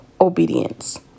obedience